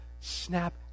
Snap